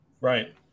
Right